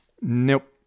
Nope